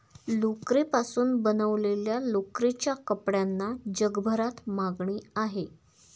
लोकरीपासून बनवलेल्या लोकरीच्या कपड्यांना जगभरात मागणी आहे